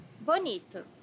Bonito